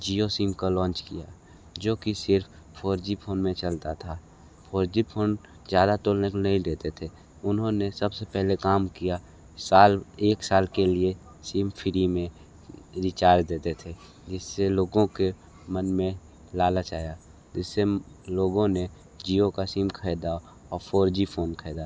Jio SIM का launch किया जो की सिर्फ़ फोर जी फोन में चलता था फोर जी फोन ज़्यादा नेटवर्क नहीं देते थे उन्होनें सबसे पहले काम किया साल एक साल के लिए सिम फ्री में रिचार्ज देते थे जिससे लोगों के मन में लालच आया जिससे लोगों ने जिओ का सिम खरीदा और फोर जी फोन खरीदा